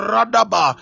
Radaba